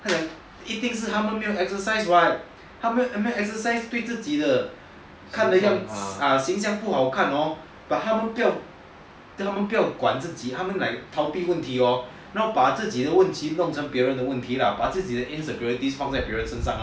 一定是他们没有 exercise [what] 他们没有 exercise 对自己的看的样子形象不好看 hor but 他们不要管自己他们 like 逃避问题 hor then 要把自己的问题弄成别人的问题 lah 把自己讲你的 insecurities 放在别人身上 lah